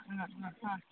ആ ആ ആ